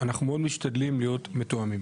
אנחנו מאוד משתדלים להיות מתואמים